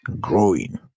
growing